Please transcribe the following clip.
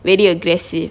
very aggressive